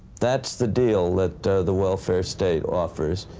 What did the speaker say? that's the deal that the welfare state offers